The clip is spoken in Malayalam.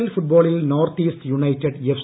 എൽ ഫുട്ബോളിൽ നോർത്ത് ഈസ്റ്റ് യുണൈറ്റഡ് എഫ്